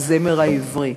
הזמר העברי.